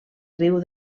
riu